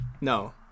No